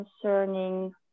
concerning